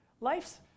life's